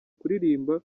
kuririmba